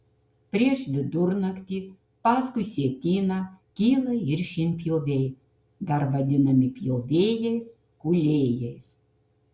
prieš vidurnaktį paskui sietyną kyla ir šienpjoviai dar vadinami pjovėjais kūlėjais